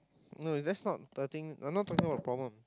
no that's not the thing we're not talking about problem